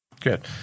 Good